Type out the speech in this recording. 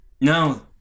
No